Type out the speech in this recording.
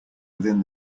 within